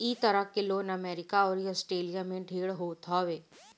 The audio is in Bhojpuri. इ तरह के लोन अमेरिका अउरी आस्ट्रेलिया में ढेर होत हवे